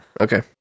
Okay